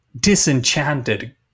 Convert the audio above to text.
disenchanted